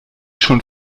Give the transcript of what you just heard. schon